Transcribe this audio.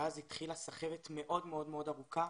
ואז התחילה סחבת מאוד-מאוד ארוכה